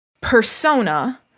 persona